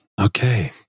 Okay